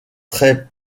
très